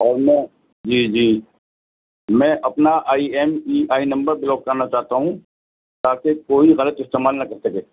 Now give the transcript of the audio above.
اور میں جی جی میں اپنا I M E I number block کرنا چاہتا ہوں تاکہ کوئی غلط استعمال نہ کر سکے